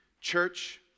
Church